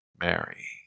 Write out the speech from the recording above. Mary